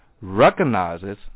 recognizes